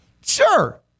sure